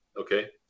okay